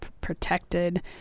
protected